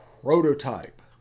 prototype